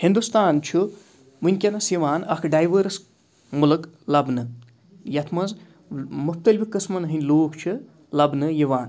ہِندُستان چھُ وٕنکٮ۪نَس یِوان اَکھ ڈایوٲرٕس مُلک لَبنہٕ یَتھ منٛز مُختلفہِ قٕسمَن ہٕنٛدۍ لوٗکھ چھِ لَبنہٕ یِوان